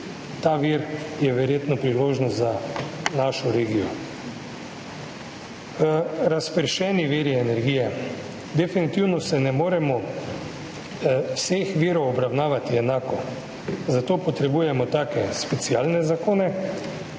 ta vir, je verjetno priložnost za našo regijo. Razpršeni viri energije. Definitivno ne moremo vseh virov obravnavati enako, zato potrebujemo take specialne zakone,